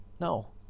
No